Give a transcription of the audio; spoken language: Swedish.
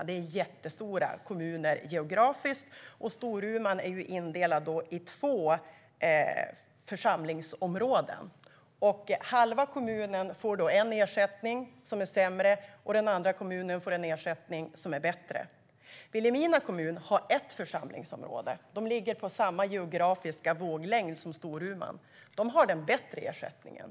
Det är jättestora kommuner geografiskt. Storuman är indelad i två församlingsområden. Halva kommunen får en ersättning som är sämre, och den andra delen får en ersättning som är bättre. Vilhelmina kommun har ett enda församlingsområde. Kommunen ligger på samma geografiska våglängd som Storuman och har den bättre ersättningen.